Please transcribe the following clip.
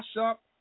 up